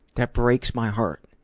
that breaks my heart,